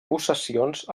possessions